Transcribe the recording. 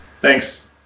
thanks